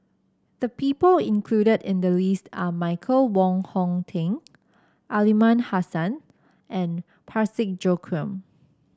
the people included in the list are Michael Wong Hong Teng Aliman Hassan and Parsick Joaquim